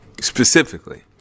specifically